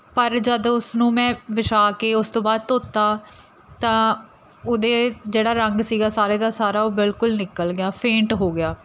ਪਰ ਜਦੋਂ ਉਸਨੂੰ ਮੈਂ ਵਿਛਾ ਕੇ ਉਸ ਤੋਂ ਬਾਅਦ ਧੋਤਾ ਤਾਂ ਉਹਦੇ ਜਿਹੜਾ ਰੰਗ ਸੀਗਾ ਸਾਰੇ ਦਾ ਸਾਰਾ ਉਹ ਬਿਲਕੁਲ ਨਿਕਲ ਗਿਆ ਫੇਂਟ ਹੋ ਗਿਆ